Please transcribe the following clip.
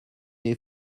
est